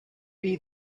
see